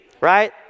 right